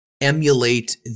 emulate